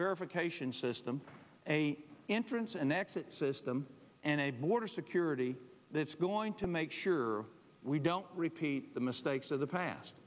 verification system a entrance and exit system and a border security that's going to make sure we don't repeat the mistakes of the past